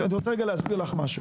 אני רוצה רגע להסביר לך משהו.